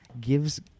gives